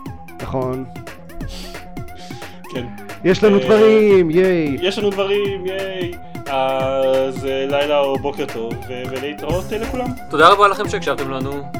נכון. כן. יש לנו אה, דברים, ייי. יש לנו דברים, ייי. אז, אה, לילה או בוקר טוב, ו- ולהתראות, אה, לכולם. תודה רבה לכם שהקשבתם לנו.